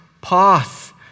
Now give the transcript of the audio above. path